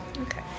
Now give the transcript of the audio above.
Okay